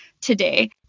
today